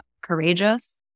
courageous